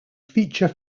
feature